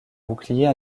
bouclier